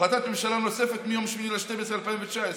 החלטת ממשלה נוספת, מיום 8 בדצמבר 2019,